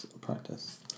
practice